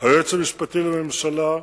והיועץ המשפטי לממשלה,